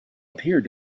appeared